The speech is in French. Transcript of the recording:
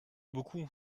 beaucoup